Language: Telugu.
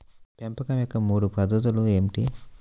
పెంపకం యొక్క మూడు పద్ధతులు ఏమిటీ?